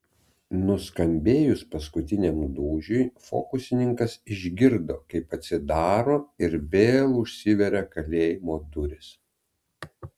nuskambėjus paskutiniam dūžiui fokusininkas išgirdo kaip atsidaro ir vėl užsiveria kalėjimo durys